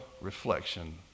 reflection